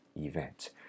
event